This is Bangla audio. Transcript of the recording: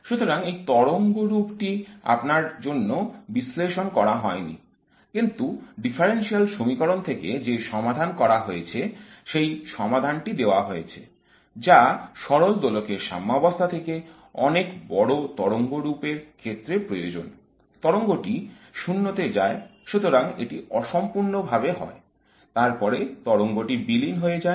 সুতরাং এই তরঙ্গরূপটি আপনার জন্য বিশ্লেষণ করা হয়নি কিন্তু ডিফারেনশিয়াল সমীকরণ থেকে যে সমাধান করা হয়েছে সেই সমাধানটি দেওয়া হয়েছে যা সরল দোলকের সাম্যাবস্থা থেকে অনেক বড় তরঙ্গরূপ এর ক্ষেত্রে প্রয়োজন তরঙ্গটি 0 তে যায় সুতরাং এটি অসম্পূর্ণভাবে হয় তারপরে তরঙ্গটি বিলীন হয়ে যায়